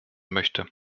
möchte